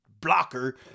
blocker